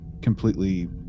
completely